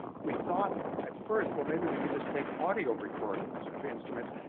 we thought, at first, well maybe we could just take audio recordings of instruments.